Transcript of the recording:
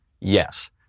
Yes